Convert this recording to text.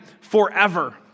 forever